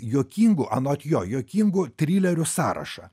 juokingų anot jo juokingų trilerių sąrašą